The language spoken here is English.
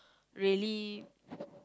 really